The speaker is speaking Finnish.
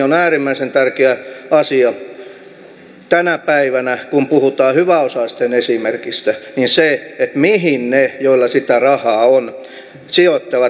on äärimmäisen tärkeä asia tänä päivänä kun puhutaan hyväosaisten esimerkistä mihin ne joilla sitä rahaa on sijoittavat rahansa